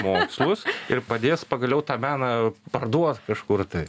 mokslus ir padės pagaliau tą meną parduot kažkur tai